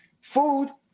food